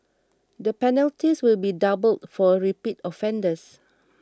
the penalties will be doubled for repeat offenders